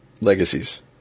legacies